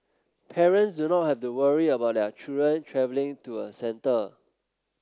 parents do not have to worry about their children travelling to a centre